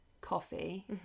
coffee